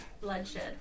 bloodshed